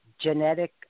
genetic